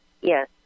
Yes